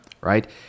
right